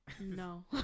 No